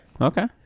Okay